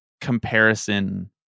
comparison